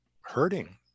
hurting